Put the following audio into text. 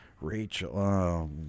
Rachel